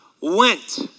went